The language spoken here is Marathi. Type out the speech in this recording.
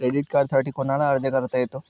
क्रेडिट कार्डसाठी कोणाला अर्ज करता येतो?